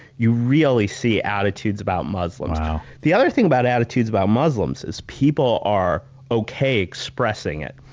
you really see attitudes about muslims wow. the other thing about attitudes about muslims is people are ok expressing it,